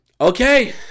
Okay